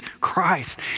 Christ